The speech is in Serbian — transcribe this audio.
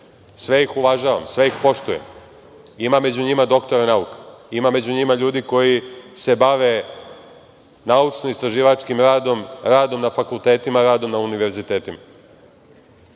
Sve ih uvažavam, sve ih poštujem. Ima među njima doktora nauka. Ima među njima ljudi koji se bave naučno-istraživačkim radom, radom na fakultetima, radom na univerzitetima.